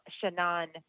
shannon